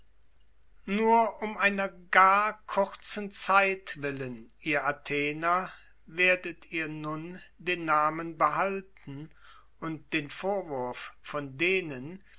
nur um einer gar kurzen zeit willen ihr athener werdet ihr nun den namen behalten und den vorwurf von denen